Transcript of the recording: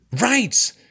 Right